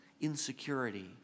insecurity